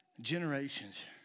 Generations